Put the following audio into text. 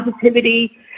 positivity